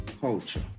culture